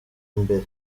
imbere